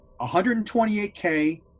128K